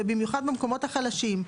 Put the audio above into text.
ובמיוחד במקומות החלשים,